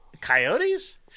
Coyotes